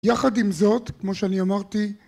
יחד עם זאת כמו שאני אמרתי